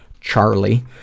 Charlie